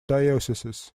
dioceses